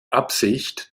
absicht